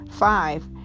Five